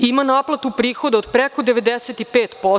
Ima naplatu prihoda preko 95%